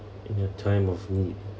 in your time of need